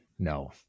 no